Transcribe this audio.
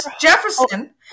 Jefferson